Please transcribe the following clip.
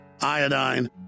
iodine